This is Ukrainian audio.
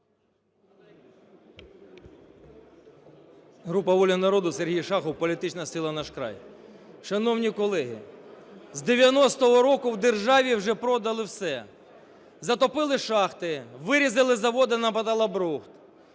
Група "Воля народу", Сергій Шахов, політична сила "Наш край". Шановні колеги! З 1990 року в державі вже продали все, затопили шахти, вирізали заводи на металобрухт,